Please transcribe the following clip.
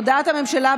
הממשלה,